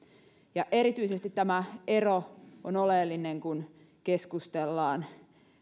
tämä ero on oleellinen erityisesti kun keskustellaan